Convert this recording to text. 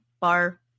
Bar